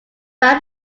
band